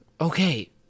Okay